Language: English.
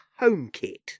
HomeKit